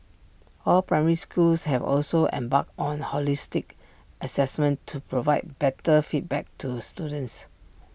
all primary schools have also embarked on holistic Assessment to provide better feedback to students